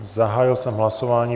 Zahájil jsem hlasování.